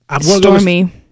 Stormy